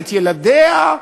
את ילדיה?